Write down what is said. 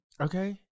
Okay